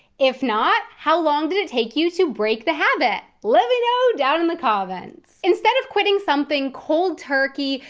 if not, how long did it take you to break the habit? let me know down in the comments. instead of quitting something cold turkey,